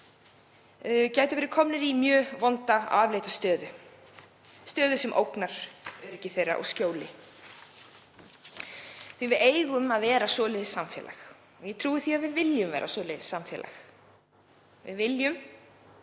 er, gætu verið komnir í mjög vonda og afleitu stöðu sem ógnar öryggi þeirra og skjóli. Við eigum að vera svoleiðis samfélag og ég trúi því að við viljum vera svoleiðis samfélag. Við viljum